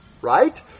Right